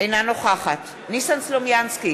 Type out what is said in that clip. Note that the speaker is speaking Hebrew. אינה נוכחת ניסן סלומינסקי,